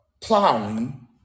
plowing